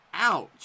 Ouch